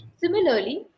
Similarly